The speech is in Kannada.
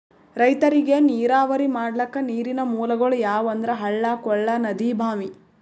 ರೈತರಿಗ್ ನೀರಾವರಿ ಮಾಡ್ಲಕ್ಕ ನೀರಿನ್ ಮೂಲಗೊಳ್ ಯಾವಂದ್ರ ಹಳ್ಳ ಕೊಳ್ಳ ನದಿ ಭಾಂವಿ